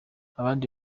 abandi